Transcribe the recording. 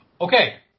Okay